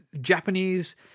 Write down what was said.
Japanese